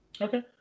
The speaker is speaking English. Okay